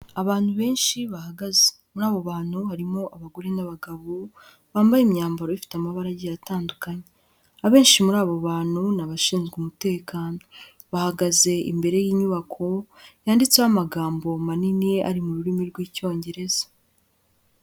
Abantu benshi bahagaze, muri abo bantu harimo abagore n'abagabo, bambaye imyambaro ifite amabara agiye atandukanye, abenshi muri abo bantu ni abashinzwe umutekano, bahagaze imbere y'inyubako yanditseho amagambo manini ari mu rurimi rw'Icyongereza.